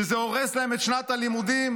זה הורס להם את שנת הלימודים?